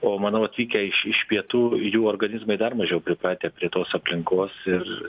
o manau atvykę iš iš pietų jų organizmai dar mažiau pripratę prie tos aplinkos ir